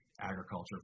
agriculture